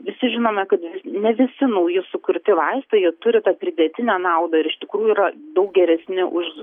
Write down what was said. visi žinome kad ne visi nauji sukurti vaistai turi tą pridėtinę naudą ir iš tikrųjų yra daug geresni už